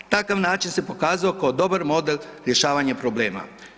Takav način se pokazao kao dobar model rješavanja problema.